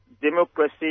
democracy